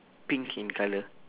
pink in colour